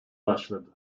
başladı